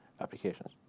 applications